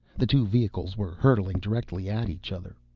the two vehicles were hurtling directly at each other.